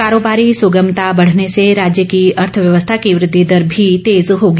कारोबारी सुगमता बढ़ने से राज्य की अर्थव्यवस्था की वृद्धि दर भी तेज होगी